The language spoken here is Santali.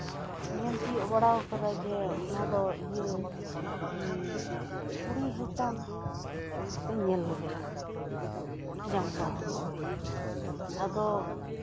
ᱧᱮᱞ ᱛᱤᱭᱳᱜ ᱵᱟᱲᱟ ᱠᱟᱫᱟ ᱡᱮ ᱱᱚᱣᱟ ᱫᱚ ᱤᱭᱟᱹ ᱠᱩᱲᱤ ᱤᱧ ᱧᱮᱞ ᱞᱮᱫᱮᱭᱟ ᱡᱟᱝ ᱵᱟᱦᱟ ᱵᱳᱦᱮᱞ ᱟᱫᱚ